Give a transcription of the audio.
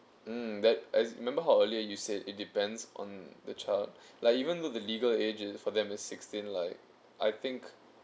mm that I remember how earlier you said it depends on the child like even though the legal age is for them is sixteen like I think